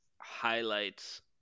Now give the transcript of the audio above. highlights